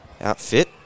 outfit